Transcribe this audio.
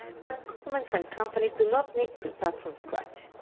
but governments and companies do not need to start from scratch.